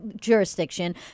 jurisdiction